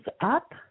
up